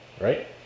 right